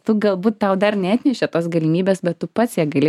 tu galbūt tau dar neatnešė tos galimybės bet tu pats ją gali